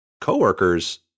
coworkers